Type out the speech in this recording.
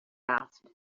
asked